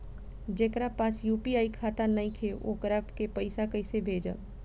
जेकरा पास यू.पी.आई खाता नाईखे वोकरा के पईसा कईसे भेजब?